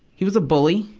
he was a bully.